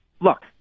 look